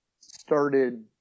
started